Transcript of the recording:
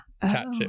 Tattoo